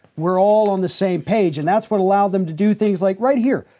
we're all on the same page. and that's what allowed them to do things like right here.